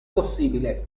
possibile